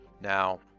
Now